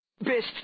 Best